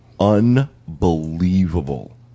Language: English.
Unbelievable